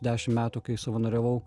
dešim metų kai savanoriavau